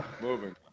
Moving